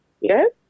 Yes